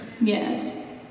Yes